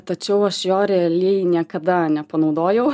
tačiau aš jo realiai niekada nepanaudojau